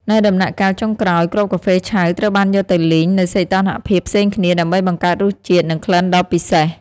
នៅដំណាក់កាលចុងក្រោយ គ្រាប់កាហ្វេឆៅត្រូវបានយកទៅលីង នៅសីតុណ្ហភាពផ្សេងគ្នា ដើម្បីបង្កើតរសជាតិ និងក្លិនដ៏ពិសេស។